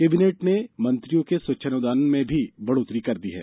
cabinet ने मंत्रियों के स्वेच्छानुदान में भी बढ़ोतरी कर दी है